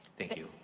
thank you.